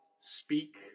speak